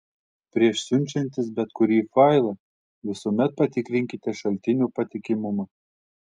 prieš siunčiantis bet kurį failą visuomet patikrinkite šaltinio patikimumą